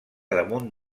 damunt